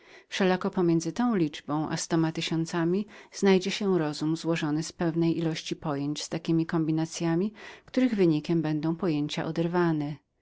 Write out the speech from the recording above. wszelako pomiędzy tą liczbą a stoma tysiącami znajdzie się rozum złożony z pewnej ilości pojęć z ich kombinacyami których wypadkiem będą pojęcia oderwane